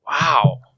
Wow